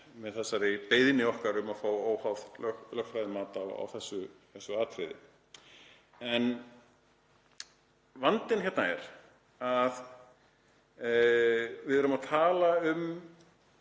með þessari beiðni okkar um að fá óháð lögfræðimat á þessu atriði. Vandinn hérna er að við erum að tala um